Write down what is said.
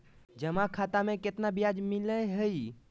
जमा खाता में केतना ब्याज मिलई हई?